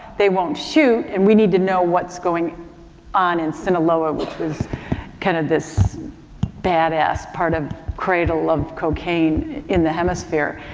they won't shoot, and we need to know what's going on in sinaloa which was kind of this bad-ass part of cradle of cocaine in the hemisphere.